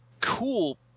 cool